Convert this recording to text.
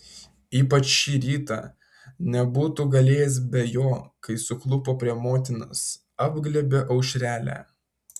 ypač šį rytą nebūtų galėjęs be jo kai suklupo prie motinos apglėbė aušrelę